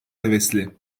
hevesli